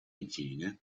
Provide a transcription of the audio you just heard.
infine